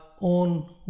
own